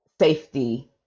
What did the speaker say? safety